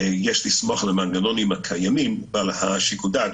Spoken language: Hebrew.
יש לסמוך על המנגנונים הקיימים ועל שיקול הדעת